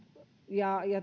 ja